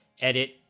edit